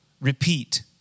repeat